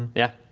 yeah.